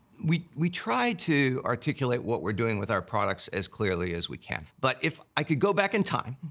we, we try to articulate what we're doing with our products as clearly as we can. but if i could go back in time,